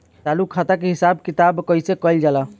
चालू खाता के हिसाब किताब कइसे कइल जाला?